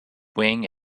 wing